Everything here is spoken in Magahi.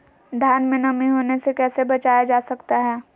धान में नमी होने से कैसे बचाया जा सकता है?